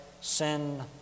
sin